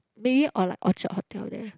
maybe on like Orchard hotel there